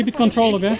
and controlled